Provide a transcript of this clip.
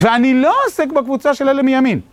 ואני לא עוסק בקבוצה של אלה מימין.